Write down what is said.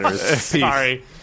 Sorry